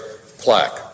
plaque